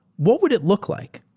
what would it look like?